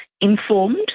informed